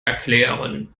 erklären